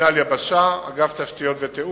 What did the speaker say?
מינהל יבשה, אגף תשתיות ותיאום,